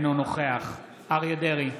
אינו נוכח אריה מכלוף דרעי,